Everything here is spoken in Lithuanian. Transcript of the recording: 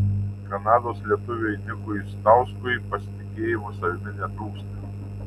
kanados lietuviui nikui stauskui pasitikėjimo savimi netrūksta